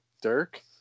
Dirk